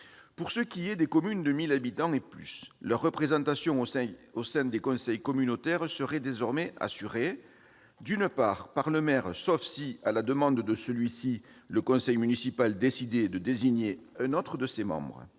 Pour ce qui est des communes de 1 000 habitants et plus, leur représentation au sein des conseils communautaires serait désormais assurée, d'une part, par le maire, sauf si, à la demande de celui-ci, le conseil municipal décidait de désigner un autre de ses membres